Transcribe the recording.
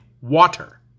water